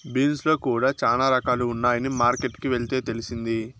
beans లో కూడా చానా రకాలు ఉన్నాయని మార్కెట్ కి వెళ్తే తెలిసింది